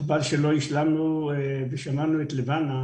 בעקבות דבריה של לבנה